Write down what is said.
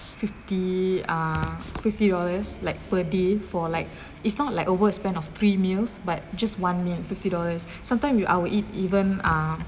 fifty ah fifty dollars like per day for like it's not like over a span of three meals but just one meal fifty dollars sometime you I will eat even ah